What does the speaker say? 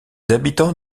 habitants